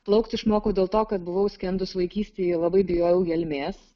plaukti išmokau dėl to kad buvau skendus vaikystėje labai bijojau gelmės